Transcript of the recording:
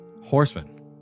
Horsemen